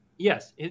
Yes